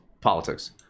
politics